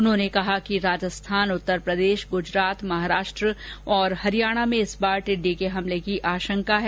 उन्होंने कहा कि राजस्थान उतरप्रदेश गुजरात महाराष्ट्र और हरियाणा में इस बार टिड्डी के हमले की आशंका है